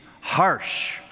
harsh